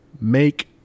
make